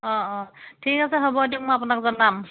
অঁ অঁ ঠিক আছে হ'ব দিয়ক মই আপোনাক জনাম